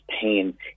pain